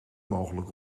mogelijk